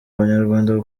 abanyarwanda